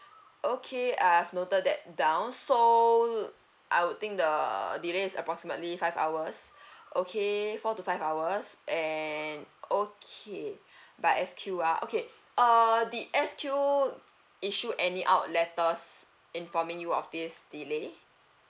okay I have noted that down so uh I would think the delay is approximately five hours okay four to five hours and okay by S_Q ah okay err did S_Q issue any out letters informing you of this delay